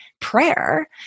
prayer